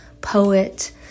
poet